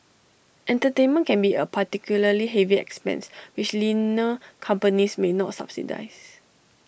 entertainment can be A particularly heavy expense which leaner companies may not subsidise